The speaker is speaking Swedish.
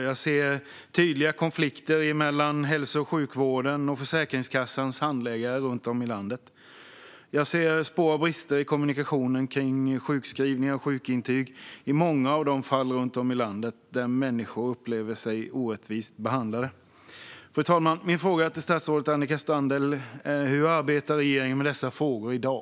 Jag ser tydliga konflikter mellan hälso och sjukvården och Försäkringskassans handläggare runt om i landet. Jag ser spår av brister i kommunikationen om sjukskrivningar och sjukintyg i många av de fall runt om i landet där människor upplever sig orättvist behandlade. Fru talman! Min fråga till statsrådet Annika Strandhäll är: Hur arbetar regeringen med dessa frågor i dag?